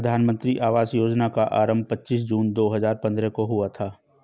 प्रधानमन्त्री आवास योजना का आरम्भ पच्चीस जून दो हजार पन्द्रह को हुआ था